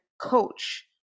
coach